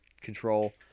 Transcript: control